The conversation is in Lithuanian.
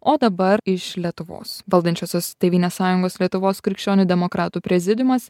o dabar iš lietuvos valdančiosios tėvynės sąjungos lietuvos krikščionių demokratų prezidiumas